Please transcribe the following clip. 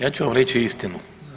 Ja ću vam reći istinu.